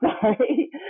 sorry